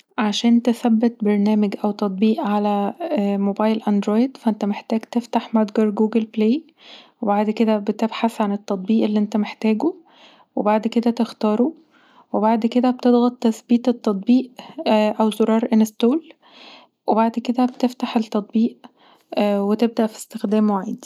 عشان تثبت برنامج او تطبيق علي موبايل اندرويد فأنت محتاج تفتح متجر Google play وبعد كدا بتبحث عن التطبيق اللي انت محتاجه وبعد كده تختاره وبعد كده تضغط تثبيت التطبيق او زرار install وبعد كده تفتح التطبيق وتبدأ في استخدامه عادي